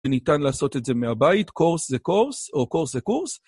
וניתן לעשות את זה מהבית, קורס זה קורס, או קורס זה קורס.